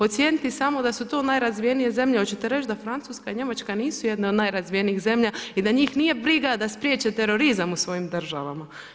Ocijeniti samo da su to najrazvijenije zemlje, hoćete reć da Francuska i Njemačka nisu jedne od najrazvijenijih zemlja i da njih nije briga da spriječe terorizma u svojim državama?